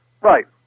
Right